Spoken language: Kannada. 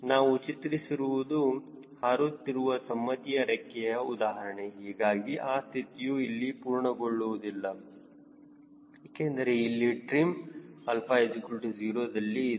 ನಾವು ಚರ್ಚಿಸುತ್ತಿರುವುದು ಹಾರುತ್ತಿರುವ ಸಮ್ಮತಿಯ ರೆಕ್ಕೆಯ ಉದಾಹರಣೆ ಹೀಗಾಗಿ ಆ ಸ್ಥಿತಿಯು ಇಲ್ಲಿ ಪೂರ್ಣಗೊಳ್ಳುವುದಿಲ್ಲ ಏಕೆಂದರೆ ಇಲ್ಲಿ ಟ್ರಿಮ್ 𝛼 0 ದಲ್ಲಿ ಇದೆ